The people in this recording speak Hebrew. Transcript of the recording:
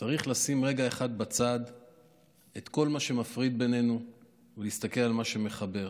צריך לשים רגע אחד בצד את כל מה שמפריד בינינו ולהסתכל על מה שמחבר: